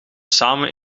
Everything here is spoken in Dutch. samen